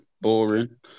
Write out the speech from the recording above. Boring